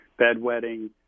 bedwetting